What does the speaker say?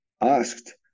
asked